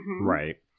right